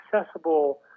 accessible